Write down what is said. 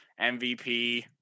MVP